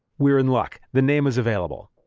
we're in luck, the name is available!